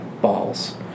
balls